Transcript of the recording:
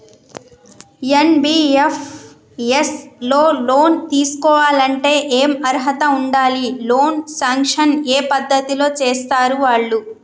NBFS లో loan తీస్కోవాలంటే ఏం అర్హత ఉండాలి? లోన్ సాంక్షన్ ఏ పద్ధతి లో చేస్తరు వాళ్లు?